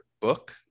book